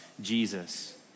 Jesus